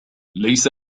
ليس